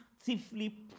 actively